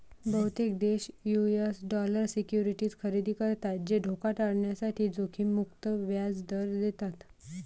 बहुतेक देश US dollar securities खरेदी करतात जे धोका टाळण्यासाठी जोखीम मुक्त व्याज दर देतात